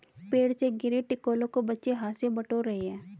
पेड़ से गिरे टिकोलों को बच्चे हाथ से बटोर रहे हैं